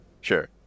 Sure